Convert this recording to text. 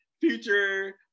future